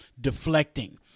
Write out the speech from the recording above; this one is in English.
deflecting